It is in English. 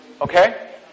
Okay